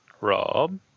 Rob